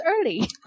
early